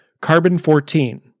carbon-14